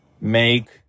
make